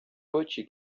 butcher